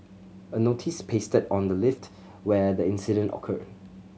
a notice pasted on the lift where the incident occurred